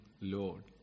Lord